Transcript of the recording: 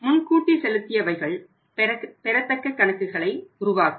முன்கூட்டி செலுத்தியவைகள் பெறத்தக்க கணக்குகளை உருவாக்கும்